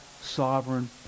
sovereign